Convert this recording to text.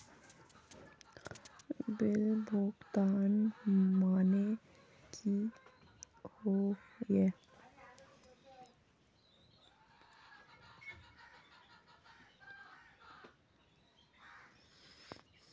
Bill भुगतान माने की होय?